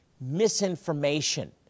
misinformation